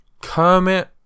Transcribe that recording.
Kermit